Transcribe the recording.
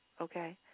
okay